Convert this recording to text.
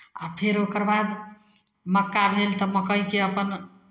आ फेर ओकर बाद मक्का भेल तऽ मक्कइके अपन